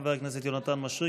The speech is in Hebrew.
חבר הכנסת יונתן מישרקי.